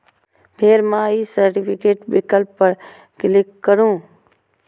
फेर my certificate विकल्प पर क्लिक करू